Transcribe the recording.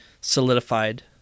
solidified